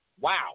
Wow